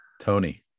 tony